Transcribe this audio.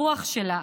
הרוח שלה,